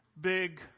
big